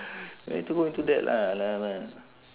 no need to go into that lah lah lah